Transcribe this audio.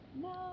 no